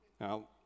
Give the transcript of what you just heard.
Now